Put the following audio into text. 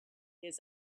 his